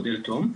את מודל ת.ו.מ.